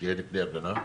שיהיה לי כלי הגנה,